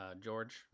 George